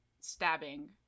stabbing